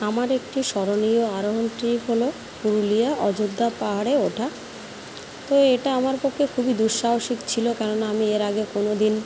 আমার একটি স্মরণীয় আরোহণ ট্রিপ হলো পুরুলিয়া অযোধ্যা পাহাড়ে ওঠা তো এটা আমার পক্ষে খুবই দুঃসাহসিক ছিলো কেননা আমি এর আগে কোনো দিন